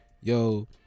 yo